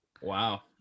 wow